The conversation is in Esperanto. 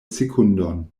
sekundon